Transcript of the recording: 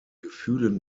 gefühlen